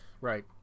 Right